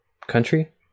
country